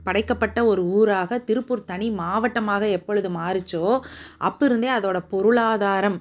படைக்கப்பட்ட ஒரு ஊராக திருப்பூர் தனி மாவட்டமாக எப்பொழுது மாறுச்சோ அப்போருந்தே அதோட பொருளாதாரம்